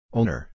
Owner